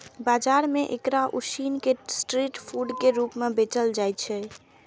बाजार मे एकरा उसिन कें स्ट्रीट फूड के रूप मे बेचल जाइ छै